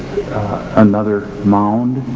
another mound,